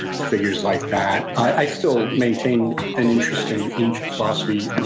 figures like that. i still maintain an interest in ancient philosophy,